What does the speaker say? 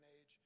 age